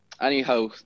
anyhow